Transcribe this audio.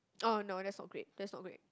oh no that's not great that's not great